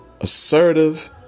assertive